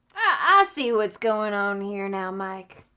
ah see what's going on here now mike.